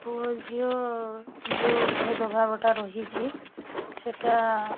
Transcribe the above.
ପୁଅ ଝିଅ ଯେଉଁ ଭେଦଭାବଟା ରହିଛି ସେଇଟା